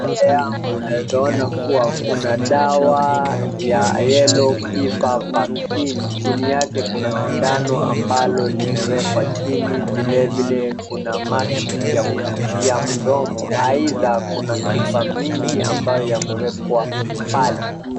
Mbele yangu naweza ona kuwa kuna dawa ya yellow fever vaccine chini yake kuna sindano ambalo limewekwa chini, vile vile kuna maski ya kufungia mdomo aidha kuna chupa mingi ambayo imewekwa pale.